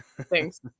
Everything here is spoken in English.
thanks